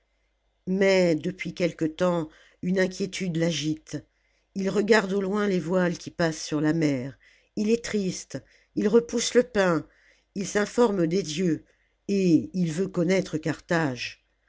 mais depuis quelque temps une inquiétude l'agite il regarde au loin les voiles qui passent sur la mer il est triste il repousse le pain il s'informe des dieux et il veut connaître cartilage